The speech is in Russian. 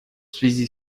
связи